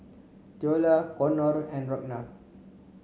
Theola Konnor and Ragna